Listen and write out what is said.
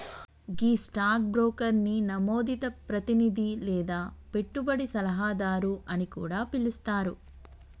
గీ stock బ్రోకర్ని నమోదిత ప్రతినిధి లేదా పెట్టుబడి సలహాదారు అని కూడా పిలుస్తారు